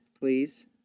please